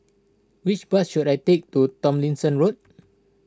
which bus should I take to Tomlinson Road